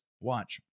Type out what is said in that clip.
watch